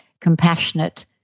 compassionate